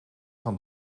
van